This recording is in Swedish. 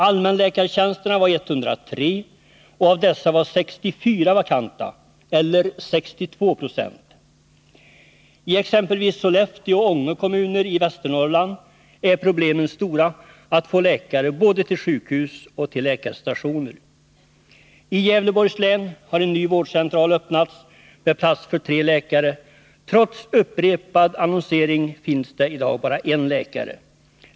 Allmänläkartjänsterna var 103. Av dessa var 64 vakanta, eller 62 90. I exempelvis Sollefteå och Ånge kommuner i Västernorrlands län är problemen stora att få läkare både till sjukhus och till läkarstationer. I Gävleborgs län har en ny vårdcentral öppnats med plats för tre läkare. Trots upprepad annonsering finns där i dag bara en läkare.